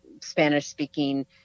spanish-speaking